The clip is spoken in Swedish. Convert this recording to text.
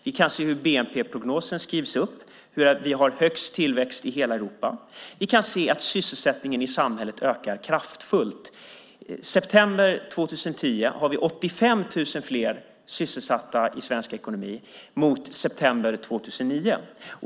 Vi kan se hur bnp-prognosen skrivs upp och att vi har högst tillväxt i hela Europa. Vi kan se att sysselsättningen i samhället ökar kraftfullt. I september 2010 har vi 85 000 fler sysselsatta i Sveriges ekonomi mot i september 2009.